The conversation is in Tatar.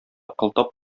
кылтап